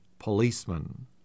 policeman